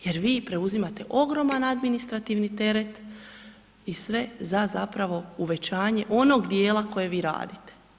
Jer vi preuzimate ogroman administrativni teret i sve za zapravo uvećanje onog dijela kojeg vi radite.